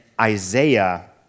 Isaiah